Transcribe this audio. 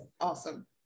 Awesome